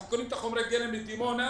אנחנו קונים את חומרי הגלם מדימונה,